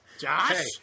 Josh